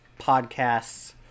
Podcasts